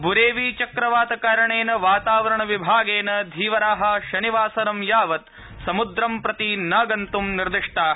ब्रेवि चक्रवातकारणेन वातावरणविभागेन धीवरा शनिवासरं यावत् समुद्रं प्रति न गन्त् निर्दिष्टा